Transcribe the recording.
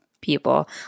people